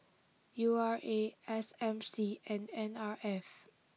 U R A S M C and N R F